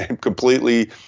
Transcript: completely